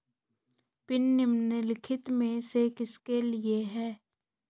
Pin निम्नलिखित में से किसके लिए है?